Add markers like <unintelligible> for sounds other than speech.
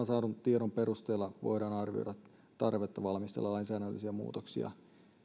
<unintelligible> saadun tiedon perusteella voidaan arvioida tarvetta valmistella lainsäädännöllisiä muutoksia